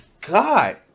God